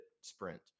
sprint